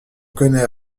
connaît